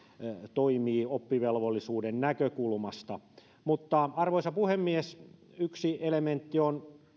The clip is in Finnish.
toimii oppivelvollisuuden näkökulmasta arvoisa puhemies yksi elementti on